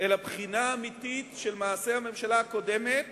אלא בחינה אמיתית של מעשי הממשלה הקודמת